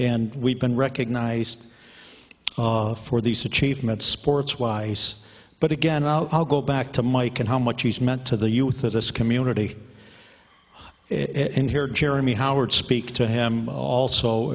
and we've been recognized for these achievements sports wise but again i'll go back to mike and how much he's meant to the youth of this community in here jeremy howard speak to him also